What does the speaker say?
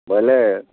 ବୋଇଲେ